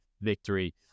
victory